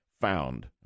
found